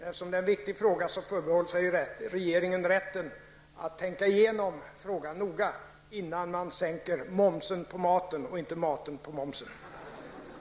Eftersom det här är en viktig fråga förbehåller sig regeringen rätten att tänka igenom denna noga innan momsen på maten -- inte maten på momsen -- sänks.